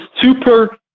super